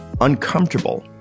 uncomfortable